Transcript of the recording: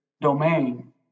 domain